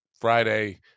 friday